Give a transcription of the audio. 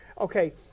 Okay